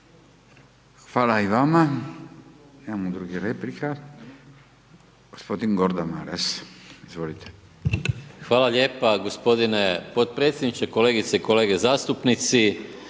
Hvala i vama. Nemamo drugih replika. Gospodin Gordan Maras. Izvolite. **Maras, Gordan (SDP)** Hvala lijepa gospodine potpredsjedniče, kolegice i kolege zastupnici.